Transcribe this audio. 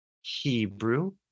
Hebrew